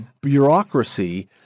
bureaucracy